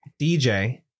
DJ